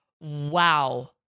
Wow